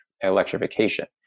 electrification